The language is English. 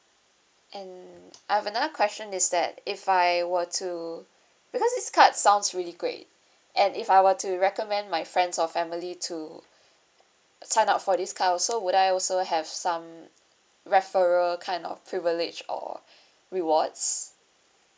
and I have another question is that if I were to because this card sounds really great and if I were to recommend my friends or family to sign up for this card also would I also have some referral kind of privilege or rewards